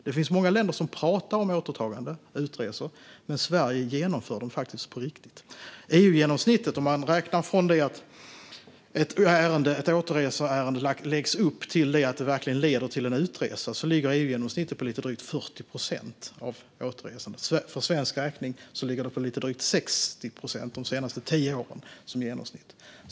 Det finns många länder som pratar om återtagande och utresor, men Sverige genomför dem faktiskt på riktigt. Om man räknar från när ett återreseärende läggs upp till dess att det verkligen leder till en utresa ligger EU-genomsnittet på lite drygt 40 procent. För svensk räkning ligger det på lite drygt 60 procent i genomsnitt de senaste tio åren.